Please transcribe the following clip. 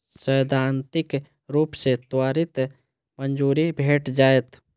सैद्धांतिक रूप सं त्वरित मंजूरी भेट जायत